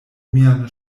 mian